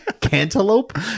Cantaloupe